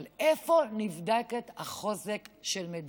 אבל איפה נבדק החוזק של מדינה?